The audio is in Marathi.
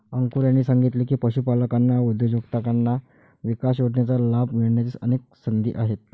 अंकुर यांनी सांगितले की, पशुपालकांना दुग्धउद्योजकता विकास योजनेचा लाभ मिळण्याच्या अनेक संधी आहेत